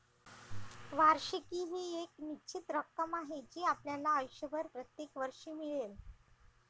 वार्षिकी ही एक निश्चित रक्कम आहे जी आपल्याला आयुष्यभर प्रत्येक वर्षी मिळेल